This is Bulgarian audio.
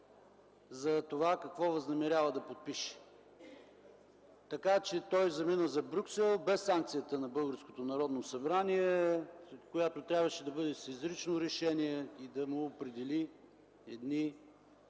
за това какво възнамерява да подпише. Така че той замина за Брюксел без санкцията на българското Народно събрание, която трябваше да бъде с изрично решение и да му определи едни